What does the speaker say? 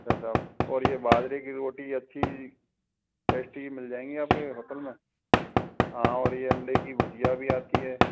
अच्छा अच्छा और ये बाजरे की रोटी अच्छी टेस्टी मिल जाएंगी आपके होटल में हाँ और ये अंडे की भुर्जीया भी आती है